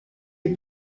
est